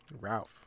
Ralph